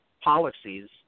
policies